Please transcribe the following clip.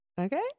Okay